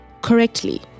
correctly